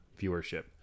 viewership